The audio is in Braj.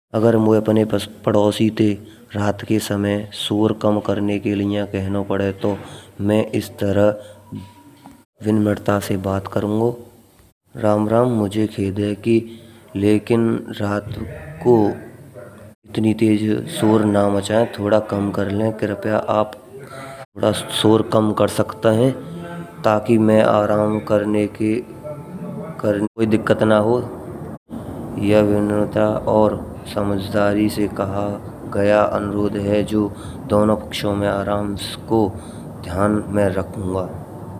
अगर मोये अपने पड़ोसी ते रात के समय शोर कम करने के लिए कहना पड़े, तो मैं इस तरह विनम्रता से बात करुंगा। राम राम, मुझे खेद है कि लेकिन रात को इतनी तेज शोर ना मचाए। थोड़ा कम कर ले कृपया, आप शोर कम कर सकत हैं ताकि मैं आराम करने के कारण मा कोई दिक्कत ना हो। यहाँ विनम्रता और समझदारी से कहा गया अनुरोध है, जो दोनों पक्षों में आराम को ध्यान में रखूंगा।